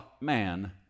man